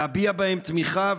להביע בהם תמיכה,